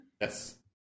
Yes